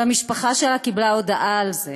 והמשפחה שלה קיבלה הודעה על זה.